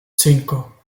cinco